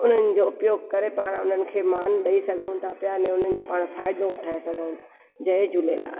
उन्हनि जो उपयोग करे पाण उन्हनि खे मान ॾेई सघूं था पिया अने उन्हनि जो पाण फ़ाइदो वठाए सघूं था जय झूलेलाल